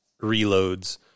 reloads